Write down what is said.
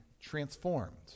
transformed